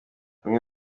bamwe